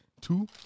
Two